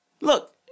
Look